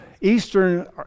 Eastern